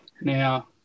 Now